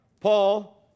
Paul